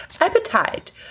appetite